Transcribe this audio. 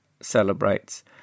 celebrates